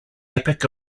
epic